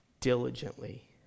diligently